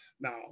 Now